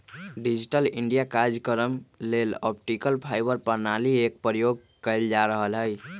digital India काजक्रम लेल optical fibre प्रणाली एक प्रयोग कएल जा रहल हइ